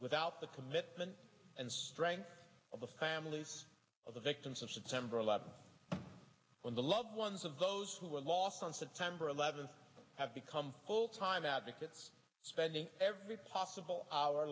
without the commitment and strength of the families of the victims of september eleventh when the loved ones of those who were lost on september eleventh have become full time advocates spending every possible hour